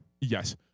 yes